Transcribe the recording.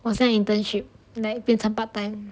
我在 internship like 变成 part time